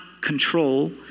control